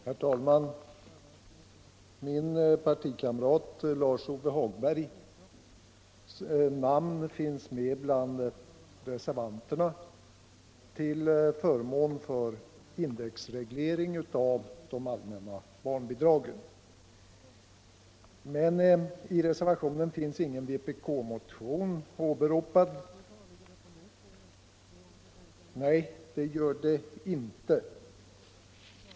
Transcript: Herr talman! Min partikamrat Lars-Ove Hagberg finns med bland reservanterna till förmån för indexreglering av de allmänna barnbidragen. I reservationen finns emellertid ingen vpk-motion åberopad. Nej — det gör det inte.